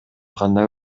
кандай